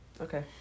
Okay